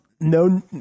no